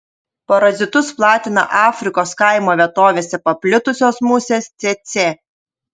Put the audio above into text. parazitus platina afrikos kaimo vietovėse paplitusios musės cėcė